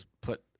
put